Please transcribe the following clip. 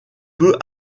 peu